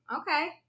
Okay